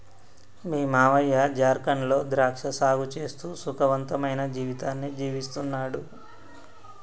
మీ మావయ్య జార్ఖండ్ లో ద్రాక్ష సాగు చేస్తూ సుఖవంతమైన జీవితాన్ని జీవిస్తున్నాడు